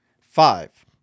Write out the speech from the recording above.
five